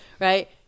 right